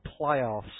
playoffs